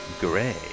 Gray